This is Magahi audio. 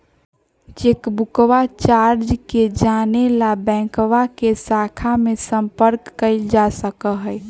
चेकबुकवा चार्ज के जाने ला बैंकवा के शाखा में संपर्क कइल जा सका हई